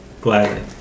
gladly